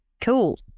Cool